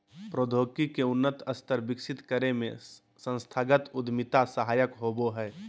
प्रौद्योगिकी के उन्नत स्तर विकसित करे में संस्थागत उद्यमिता सहायक होबो हय